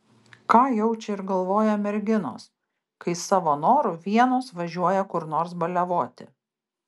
ką jaučia ir galvoja merginos kai savo noru vienos važiuoja kur nors baliavoti